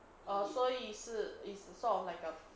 oh 所以是 it's sort of like a